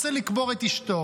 רוצה לקבור את אשתו.